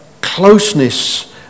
closeness